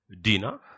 Dina